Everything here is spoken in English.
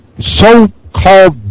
so-called